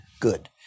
good